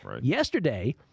Yesterday